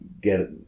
get